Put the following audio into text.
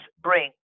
bring